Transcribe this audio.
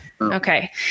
Okay